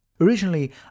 Originally